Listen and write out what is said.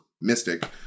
mystic